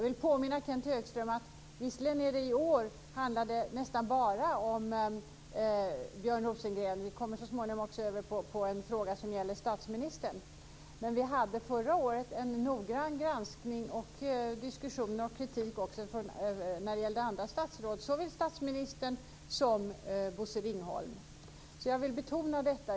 Visserligen handlar denna debatt i år nästan bara om Björn Rosengren - vi kommer så småningom också över till en fråga som gäller statsministern - men jag vill påminna Kenth Högström om att vi förra året hade en noggrann granskning med diskussion om och kritik av också andra statsråd, såväl statsministern som Bosse Ringholm. Jag vill betona detta.